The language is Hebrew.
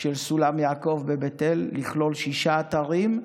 של סולם יעקב בבית אל, לכלול שישה אתרים.